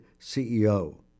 CEO